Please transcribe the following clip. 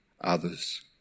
others